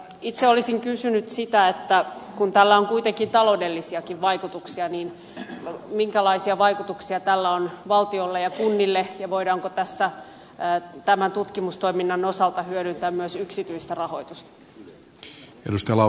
itse olisin kysynyt sitä kun tällä on kuitenkin taloudellisiakin vaikutuksia minkälaisia vaikutuksia tällä on valtiolle ja kunnille ja voidaanko tässä tämän tutkimustoiminnan osalta hyödyntää myös yksityistä rahoitusta